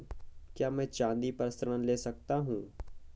क्या मैं चाँदी पर ऋण ले सकता हूँ?